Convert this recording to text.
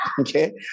okay